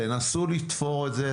תנסו לתפור את זה,